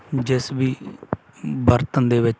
ਜਿਸ ਵੀ ਬਰਤਨ ਦੇ ਵਿੱਚ